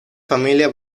familia